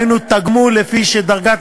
דהיינו תגמול למי שדרגת